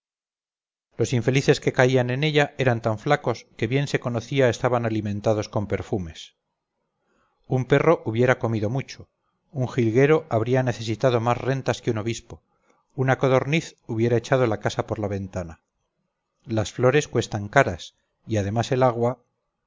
los infelices que caían en ella eran tan flacos que bien se conocía estaban alimentados con perfumes un perro hubiera comido mucho un jilguero habría necesitado más rentas que un obispo una codorniz hubiera echado la casa por la ventana las flores cuestan caras y además el agua